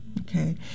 Okay